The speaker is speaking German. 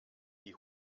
die